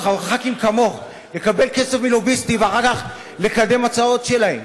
ח"כים כמוך לקבל כסף מלוביסטים ואחר כך לקדם הצעות שלהם,